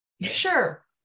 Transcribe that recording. Sure